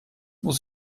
muss